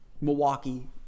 Milwaukee